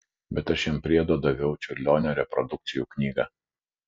bet aš jam priedo daviau čiurlionio reprodukcijų knygą